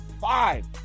Five